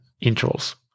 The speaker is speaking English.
intervals